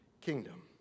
kingdom